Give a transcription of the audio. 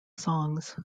songs